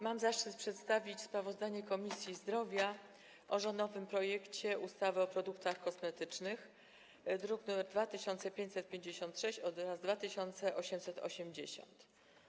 Mam zaszczyt przedstawić sprawozdanie Komisji Zdrowia o rządowym projekcie ustawy o produktach kosmetycznych, druki nr 2556 oraz 2880.